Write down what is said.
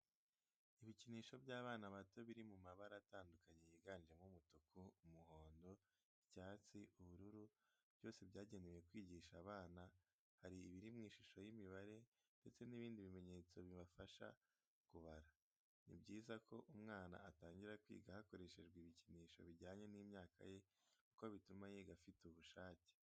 Ibikinisho by'abana bato biri mu mabara atandukanye yiganjemo umutuku, umuhondo, icyatsi, ubururu, byose byagenewe kwigisha abana, hari ibiri mu ishusho y'imibare ndetse n'ibindi bimenyetso bimufasha kubara. Ni byiza ko umwana atangira kwiga hakoreshejwe ibikinisho bijyanye n'imyaka ye kuko bituma yiga afite ubushake